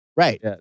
Right